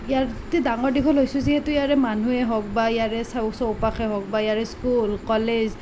ইয়াতে ডাঙৰ দীঘল হৈছোঁ যিহেতু ইয়াৰে মানুহেই হওক বা ইয়াৰে চৌপাশেই হওক বা ইয়াৰে স্কুল কলেজ